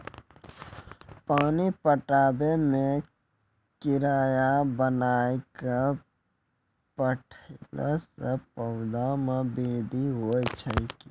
पानी पटाबै मे कियारी बनाय कै पठैला से पौधा मे बृद्धि होय छै?